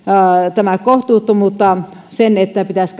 kohtuuttomuutta se että pitäisi